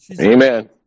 Amen